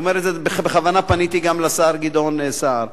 בכוונה פניתי גם לשר גדעון סער.